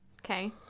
Okay